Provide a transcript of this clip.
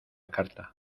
carta